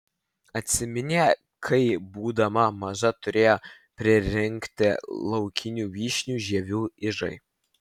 atsiminė kai būdama maža turėjo pririnkti laukinių vyšnių žievių ižai